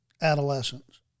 adolescents